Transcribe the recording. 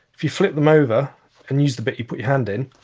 if you flip them over and use the bit, you put your hand in,